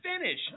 finish